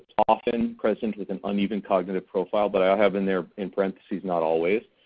often present with an uneven cognitive profile but i have in there in parentheses not always.